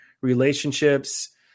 relationships